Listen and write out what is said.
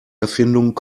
erfindung